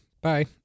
Bye